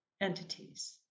entities